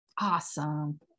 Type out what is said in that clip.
Awesome